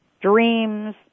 dreams